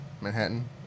Manhattan